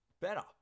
better